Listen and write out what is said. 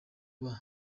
kuba